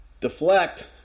deflect